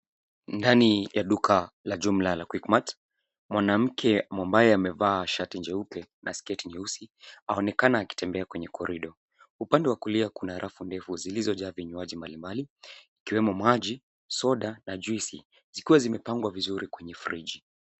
Ndani ya duka la jumla la quickmart , mwanamke ambaye amevaa shati jeupe na sketi nyeusi anaonekana akitembea kwenye korido. Upande wa kulia kuna rafu ndefu zilizojaa vinjwaji mbalimbali ikiwemo maji, soda na juisi, zikiwa zimepangwa vizuri kwenye friji.